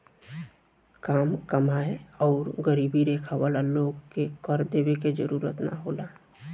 काम कमाएं आउर गरीबी रेखा वाला लोग के कर देवे के जरूरत ना होला